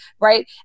Right